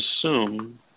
assume